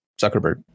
Zuckerberg